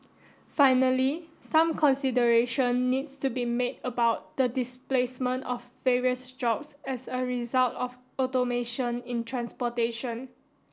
finally some consideration needs to be made about the displacement of various jobs as a result of automation in transportation